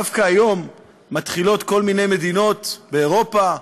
דווקא היום מתחילות כל מיני מדינות באירופה,